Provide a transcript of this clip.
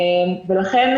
ולכן,